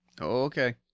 okay